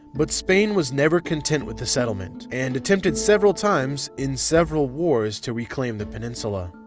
but spain was never content with the settlement, and attempted several times in several wars to reclaim the peninsula.